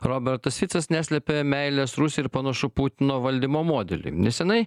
robertas ficas neslepia meilės rusijai ir panašu putino valdymo modeliui nesenai